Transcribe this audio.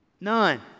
None